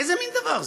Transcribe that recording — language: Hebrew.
איזה מין דבר זה?